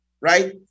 right